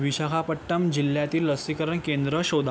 विशाखापट्टणम जिल्ह्यातील लसीकरण केंद्र शोधा